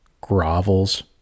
grovels